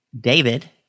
David